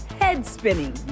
head-spinning